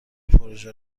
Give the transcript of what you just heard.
پروژه